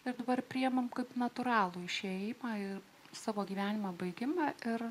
ir dabar priimame kaip natūralų išėjimą į savo gyvenimą baigimą ir